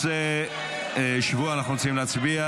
שבו, אנחנו רוצים להצביע.